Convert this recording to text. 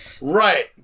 Right